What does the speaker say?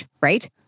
right